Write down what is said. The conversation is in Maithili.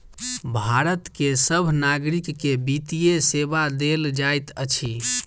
भारत के सभ नागरिक के वित्तीय सेवा देल जाइत अछि